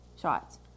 shots